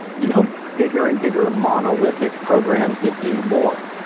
you know, bigger and bigger monolithic programs that do more.